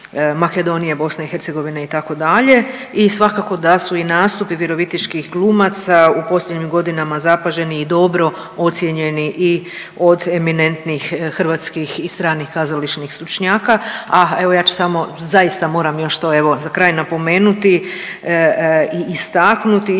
Makedonije, BiH itd. i svakako da su i nastupi virovitičkih glumaca u posljednjim godinama zapaženi i dobro ocijenjeni i od eminentnih hrvatskih i stranih kazališnih stručnjaka. A evo ja ću samo, zaista moram još to evo za kraj napomenuti i istaknuti.